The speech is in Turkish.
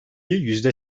yüzde